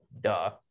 duh